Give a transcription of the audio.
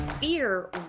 Fear